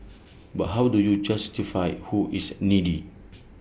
but how do you justify who is needy